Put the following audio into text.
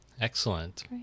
Excellent